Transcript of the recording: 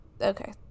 Okay